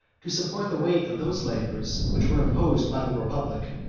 to support the weight of those labors, which were imposed by the republic.